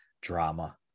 drama